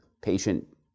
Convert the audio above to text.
Patient